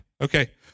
okay